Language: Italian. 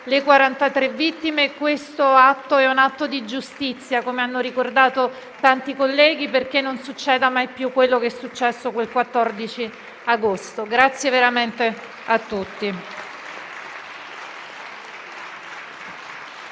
le 43 vittime, questo è un atto di giustizia, come hanno ricordato tanti colleghi, perché non accada mai più quello che è accaduto quel 14 agosto. Grazie veramente a tutti.